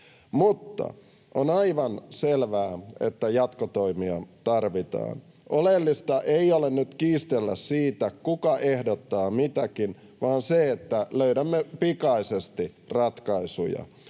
kuitenkin aivan selvää, että jatkotoimia tarvitaan. Oleellista ei ole nyt kiistellä siitä, kuka ehdottaa mitäkin, vaan se, että löydämme pikaisesti ratkaisuja.